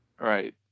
Right